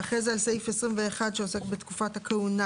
ואחרי זה על סעיף 21 שעוסק בתקופת הכהונה